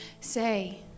say